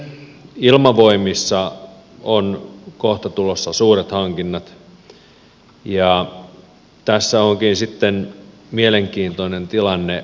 ilmavoimissa on kohta tulossa suuret hankinnat ja tässä onkin sitten mielenkiintoinen tilanne